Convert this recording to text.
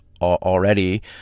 already